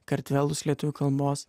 kartvelus lietuvių kalbos